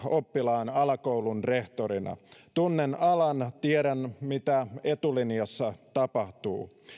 oppilaan alakoulun rehtorina tunnen alan ja tiedän mitä etulinjassa tapahtuu